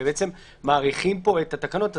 ובעצם מאריכים פה את התקנות,